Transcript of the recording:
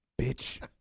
bitch